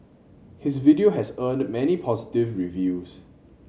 his video has earned many positive reviews